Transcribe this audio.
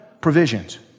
provisions